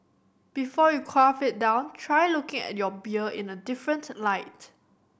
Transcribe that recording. before you quaff it down try looking at your beer in a different light